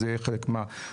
וזה יהיה חלק מהבדיקה.